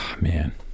Man